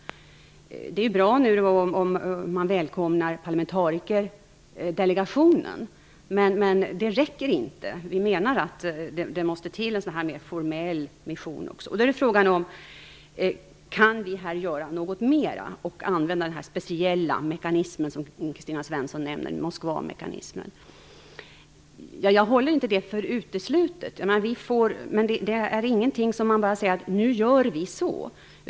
Det är bra om man nu välkomnar parlametarikerdelegationen, men det räcker inte. Vi menar att det måste till en mera formell mission. Kan vi här göra något mera och använda den speciella Moskvamekanismen som Kristina Svensson nämner? Jag håller det inte för uteslutet. Men man kan inte bara säga: Nu gör vi så.